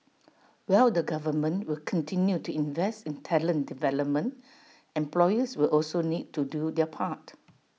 while the government will continue to invest in talent development employers will also need to do their part